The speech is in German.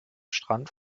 strand